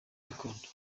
gakondo